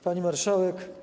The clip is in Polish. Pani Marszałek!